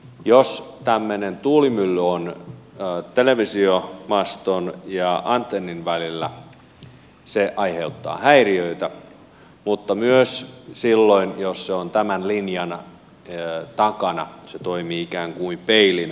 jos tämmöinen tuulimylly on televisiomaston ja antennin välillä se aiheuttaa häiriöitä mutta myös silloin jos se on tämän linjan takana se toimii ikään kuin peilinä